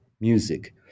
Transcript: music